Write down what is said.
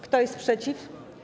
Kto jest przeciw?